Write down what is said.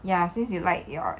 ya since you like your